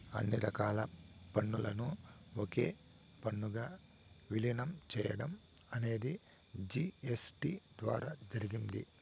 అన్ని రకాల పన్నులను ఒకే పన్నుగా విలీనం చేయడం అనేది జీ.ఎస్.టీ ద్వారా జరిగింది